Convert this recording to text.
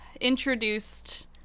introduced